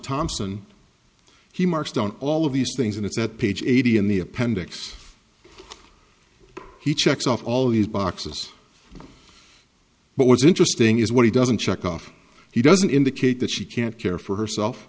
thompson he marks down all of these things and it's at page eighty in the appendix he checks off all these boxes but what's interesting is what he doesn't check off he doesn't indicate that she can't care for herself